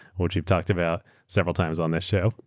which we talked about several times on this show.